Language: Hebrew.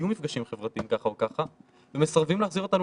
יהיו מפגשים חברתיים ככה או ככה ומסרבים להחזיר אותנו